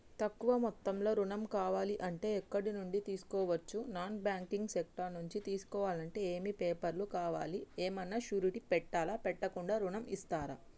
తక్కువ మొత్తంలో ఋణం కావాలి అంటే ఎక్కడి నుంచి తీసుకోవచ్చు? నాన్ బ్యాంకింగ్ సెక్టార్ నుంచి తీసుకోవాలంటే ఏమి పేపర్ లు కావాలి? ఏమన్నా షూరిటీ పెట్టాలా? పెట్టకుండా ఋణం ఇస్తరా?